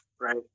right